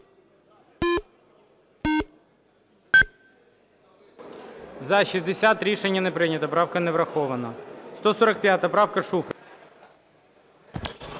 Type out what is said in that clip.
За-60 Рішення не прийнято. Правка не врахована. 145 правка, Шуфрич.